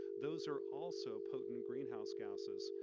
those are also potent greenhouse gases.